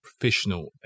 professional